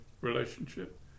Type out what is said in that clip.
relationship